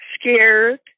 Scared